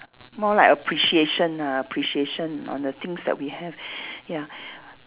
more like appreciation ah appreciation on the things that we have ya